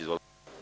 Izvolite.